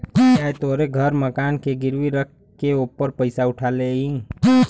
चाहे तोहरे घर मकान के गिरवी रख के ओपर पइसा उठा लेई